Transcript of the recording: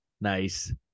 Nice